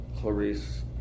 Clarice